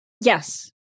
Yes